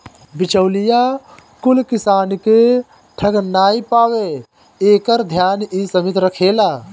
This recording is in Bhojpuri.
बिचौलिया कुल किसान के ठग नाइ पावे एकर ध्यान इ समिति रखेले